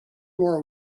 more